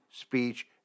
speech